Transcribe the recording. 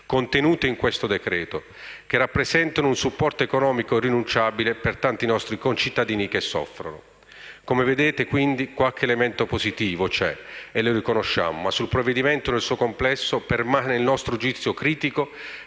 contenute in questo decreto-legge, che rappresentano un supporto economico irrinunciabile per tanti nostri concittadini che soffrono. Come vedete, quindi, qualche elemento positivo c'è e lo riconosciamo, ma sul provvedimento nel suo complesso permane il nostro giudizio critico,